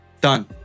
Done